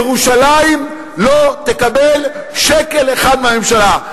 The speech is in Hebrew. ירושלים לא תקבל שקל אחד מהממשלה.